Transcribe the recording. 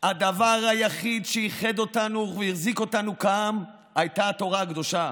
הדבר היחיד שאיחד אותנו והחזיק אותנו כעם היה התורה הקדושה,